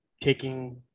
taking